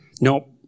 No